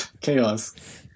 chaos